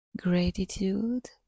gratitude